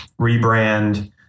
rebrand